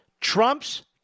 Trump's